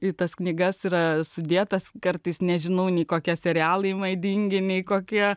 į tas knygas yra sudėtas kartais nežinau nei kokia serialai madingi nei kokie